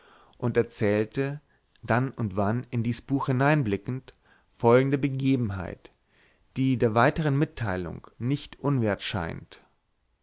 und erzählte dann und wann in dies buch hineinblickend folgende begebenheit die der weiteren mitteilung nicht unwert scheint